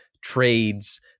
trades